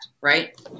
right